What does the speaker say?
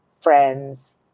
friends